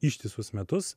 ištisus metus